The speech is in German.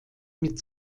mit